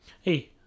Hey